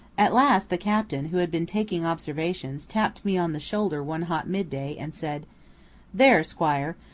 at last the captain, who had been taking observations, tapped me on the shoulder one hot mid-day, and said there, squire,